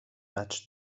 matchs